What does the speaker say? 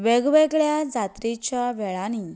तशेंच वेगवेगळ्या जात्रेच्या वेळांनी